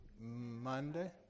Monday